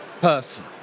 person